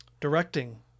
directing